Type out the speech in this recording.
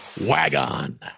Wagon